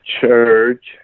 church